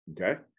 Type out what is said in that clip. Okay